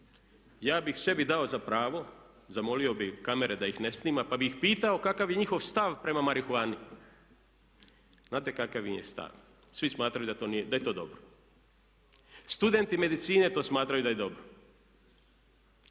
ja bih sebi dao za pravo, zamolio bih kamere da ih ne snima pa bih ih pitao kakav je njihov stav prema marihuani. Znate kakav im je stav? Svi smatraju da je to dobro. Studenti medicine to smatraju da je dobro.